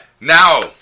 now